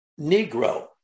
Negro